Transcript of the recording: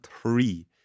three